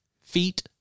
feet